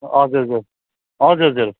हजुर हजुर हजुर हजुर